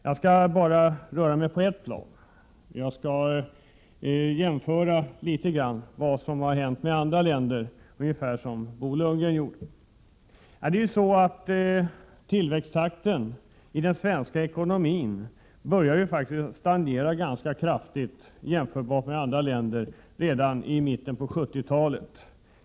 Jag skall röra mig bara på ett plan — jag skall jämföra vad som har hänt i Sverige med vad som har hänt i andra länder, ungefär som Bo Lundgren gjorde. Tillväxttakten i den svenska ekonomin började faktiskt stagnera ganska kraftigt i jämförelse med tillväxttakten i andra länder i mitten av 1970-talet.